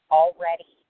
already